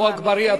עפו אגבאריה,